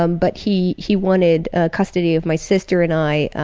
um but he he wanted ah custody of my sister and i